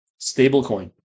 stablecoin